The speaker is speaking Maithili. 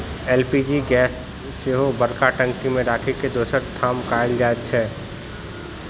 एल.पी.जी गैस के सेहो बड़का टंकी मे राखि के दोसर ठाम कयल जाइत छै